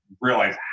realize